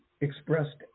expressed